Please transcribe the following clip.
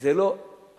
זה לא התכלית,